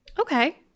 Okay